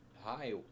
Hi